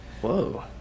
Whoa